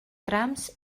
trams